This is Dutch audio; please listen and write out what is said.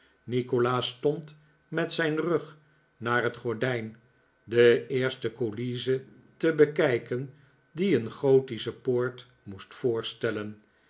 nikolaas stond met zijn rug naar het gordijn de eerste coulisse te bekijken die een gothische poort moest voorstellen